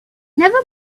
never